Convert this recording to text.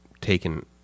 taken